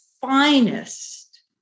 finest